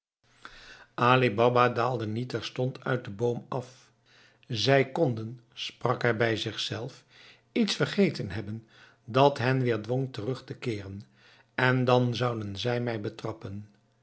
baba daalde niet terstond uit den boom af zij konden sprak hij bij zichzelf iets vergeten hebben dat hen weer dwong terug te keeren en dan zouden zij mij betrappen